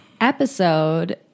episode